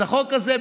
אז החוק הזה,